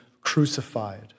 crucified